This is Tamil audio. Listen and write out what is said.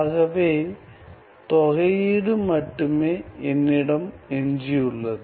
ஆகவே தொகையீடு மட்டுமே என்னிடம் எஞ்சியுள்ளது